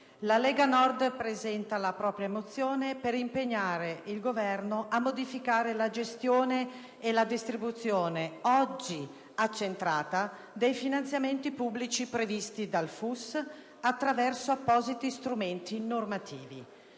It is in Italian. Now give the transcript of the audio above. la Lega Nord presenta la propria mozione per impegnare il Governo a modificare la gestione e la distribuzione, oggi accentrata, dei finanziamenti pubblici previsti dal FUS attraverso appositi strumenti normativi.